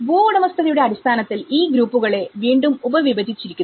ഭൂവുടമസ്ഥതയുടെ അടിസ്ഥാനത്തിൽ ഈ ഗ്രൂപ്പുകളെ വീണ്ടും ഉപ വിഭജിചിരിക്കുന്നു